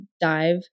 dive